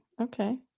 Okay